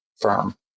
firm